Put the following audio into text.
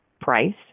price